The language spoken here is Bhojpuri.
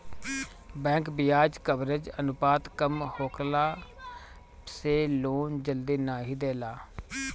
बैंक बियाज कवरेज अनुपात कम होखला से लोन जल्दी नाइ देला